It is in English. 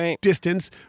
distance